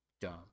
Dumb